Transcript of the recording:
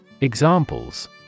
Examples